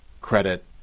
credit